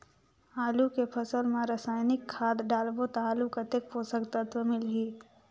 आलू के फसल मा रसायनिक खाद डालबो ता आलू कतेक पोषक तत्व मिलही?